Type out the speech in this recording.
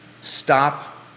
Stop